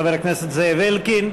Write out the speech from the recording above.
חבר הכנסת זאב אלקין.